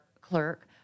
clerk